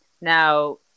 Now